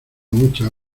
muchas